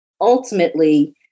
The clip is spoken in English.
ultimately